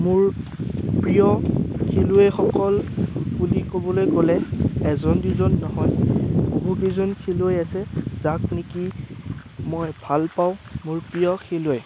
মোৰ প্ৰিয় খেলুৱৈসকল বুলি ক'বলৈ গ'লে এজন দুজন নহয় বহুকেইজন খেলুৱৈ আছে যাক নেকি মই ভালপাওঁ মোৰ প্ৰিয় খেলুৱৈ